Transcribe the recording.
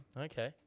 Okay